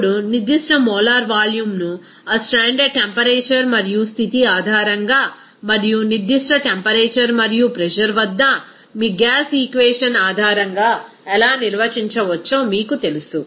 ఇప్పుడు నిర్దిష్ట మోలార్ వాల్యూమ్ను ఆ స్టాండర్డ్ టెంపరేచర్ మరియు స్థితి ఆధారంగా మరియు నిర్దిష్ట టెంపరేచర్ మరియు ప్రెజర్ వద్ద మీ గ్యాస్ ఈక్వేషన్ ఆధారంగా ఎలా నిర్వచించవచ్చో మీకు తెలుసు